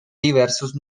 diversos